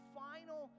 final